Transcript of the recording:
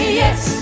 yes